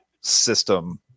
system